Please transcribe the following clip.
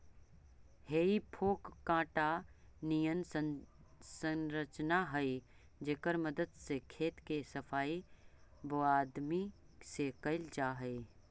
हेइ fork काँटा निअन संरचना हई जेकर मदद से खेत के सफाई वआदमी से कैल जा हई